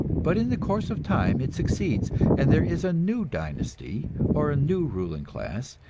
but in the course of time it succeeds and there is a new dynasty, or a new ruling class,